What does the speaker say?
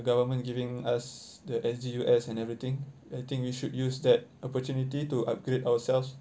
government giving us the S_G_U_S and everything I think we should use that opportunity to upgrade ourselves